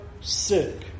sick